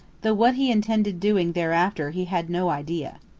though what he intended doing thereafter he had no idea.